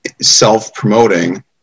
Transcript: self-promoting